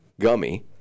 gummy